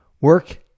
Work